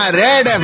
red